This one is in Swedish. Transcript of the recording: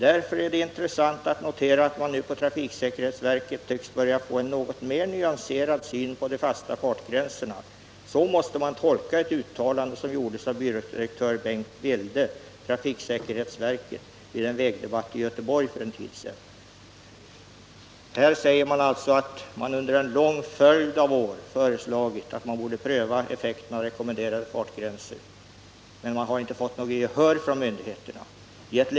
Därför är det intressant att notera att man nu på trafiksäkerhetsverket tycks börja få en något mera nyanserad syn på de fasta fartgränserna. Så måste man tolka ett uttalande som gjordes av byrådir. Bengt Wilde, trafiksäkerhetsverket, vid en vägdebatt i Göteborg för en tid sedan ---.” Man säger alltså att man under en lång följd av år föreslagit att effekterna av rekommenderade fartgränser borde prövas men inte fått gehör från myndigheterna för detta.